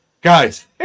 guys